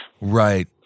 Right